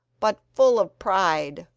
but full of pride,